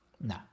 no